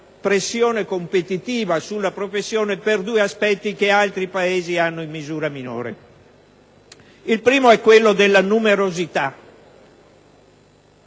aspetto è quello della numerosità.